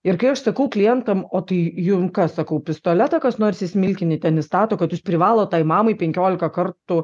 ir kai aš sakau klientam o tai jum kas sakau pistoletą kas nors į smilkinį ten įstato kad jūs privalot tai mamai penkiolika kartų